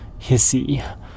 hissy